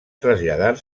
traslladar